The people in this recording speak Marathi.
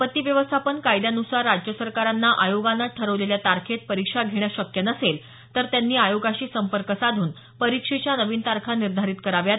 आपत्ती व्यवस्थापन कायद्यानुसार राज्य सरकारांना आयोगाने ठरवलेल्या तारखेत परीक्षा घेणं शक्य नसेल तर त्यांनी आयोगाशी संपर्क साधून परीक्षेच्या नवीन तारखा निधोरित कराव्यात